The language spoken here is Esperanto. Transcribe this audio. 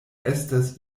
estas